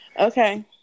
Okay